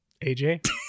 aj